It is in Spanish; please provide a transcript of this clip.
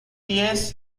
diez